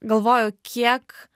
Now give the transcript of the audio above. galvoju kiek